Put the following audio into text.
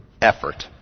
effort